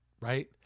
right